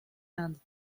and